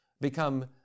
become